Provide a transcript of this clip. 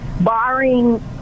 barring